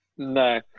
No